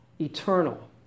eternal